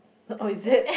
oh is it